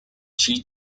chi